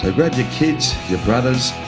ah but your kids, your brothers,